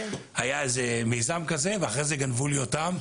היה איזה מיזם כזה ואחרי זה גנבו לי אותם,